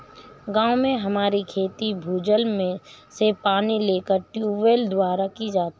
गांव में हमारी खेती भूजल से पानी लेकर ट्यूबवेल द्वारा की जाती है